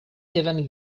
even